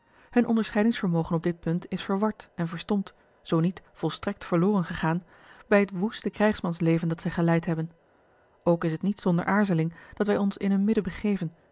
hun onderscheidingsvermogen op dit punt is verward en verstompt zoo niet volstrekt verloren gegaan bij het woeste krijgsmansleven dat zij geleid hebben ook is het niet zonder aarzeling dat wij ons in hun midden begeven